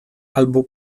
albo